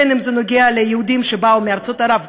בין אם זה נוגע ליהודים שבאו מארצות ערב והאסלאם.